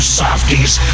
softies